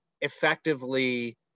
effectively